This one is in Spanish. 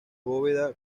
bóveda